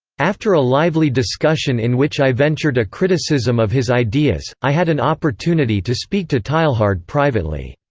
after a lively discussion in which i ventured a criticism of his ideas, i had an opportunity to speak to teilhard privately.